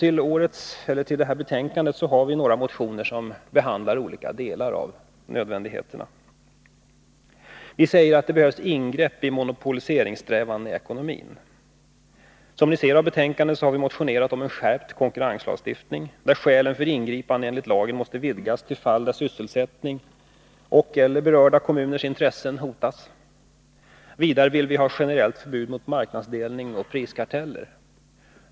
Vi har därför väckt en del motioner med förslag till sådana åtgärder. Vi anser att det krävs ingrepp mot monopoliseringssträvandena i ekonomin. Som framgår av betänkandet har vi motionerat om en skärpt konkurrenslagstiftning, där skälen för ingripande enligt lagen måste vidgas till fall där sysselsättning och/eller berörda kommuners intressen hotas. Vidare vill vi ha generellt förbud mot marknadsdelningsoch priskarteller.